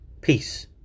peace